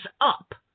up